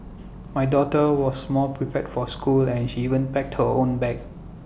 my daughter was more prepared for school and she even packed her own bag